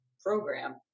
program